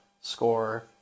score